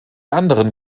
anderen